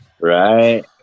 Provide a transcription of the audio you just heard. Right